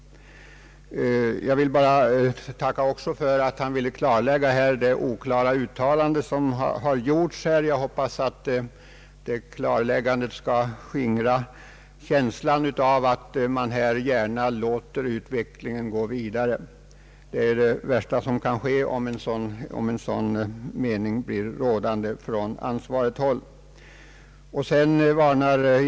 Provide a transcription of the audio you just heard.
Jag tackar också för att inrikesministern ville klarlägga det oklara uttalande som refererats från den socialdemokratiska kongressen. Jag hoppas att detta klarläggande skall skingra känslan av att man här gärna låter utvecklingen gå vidare. Att en sådan uppfattning blir rådande på ansvarigt håll, skulle vara det värsta som kan ske.